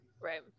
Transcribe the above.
right